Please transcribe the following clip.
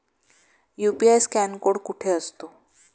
UPI scan code कुठे असतो?